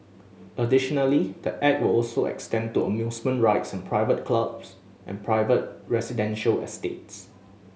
additionally the Act will also extend to amusement rides in private clubs and private residential estates